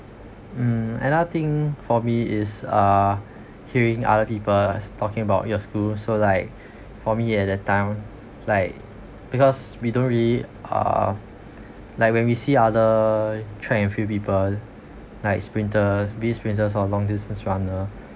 mm another thing for me is uh hearing other people's talking about your school so like for me at the time like because we don't really uh like when we see other track and field people like sprinters be it sprinters or long distance runners